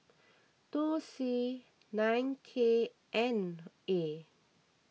two C nine K N A